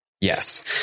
Yes